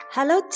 Hello